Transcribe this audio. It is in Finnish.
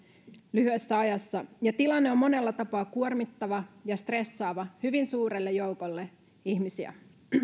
lyhyessä ajassa ja tilanne on monella tapaa kuormittava ja stressaava hyvin suurelle joukolle ihmisiä